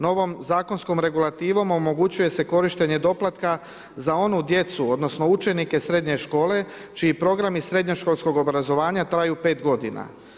Novom zakonskom regulativom omogućuje se korištenje doplatka za onu djecu odnosno učenike srednje škole čiji programi srednjoškolskog obrazovanja traju pet godina.